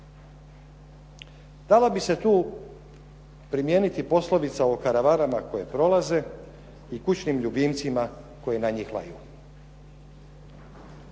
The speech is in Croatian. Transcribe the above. Dalo bi se tu primijeniti poslovica o karavanama koje prolaze i kućnim ljubimcima koji na njih laju.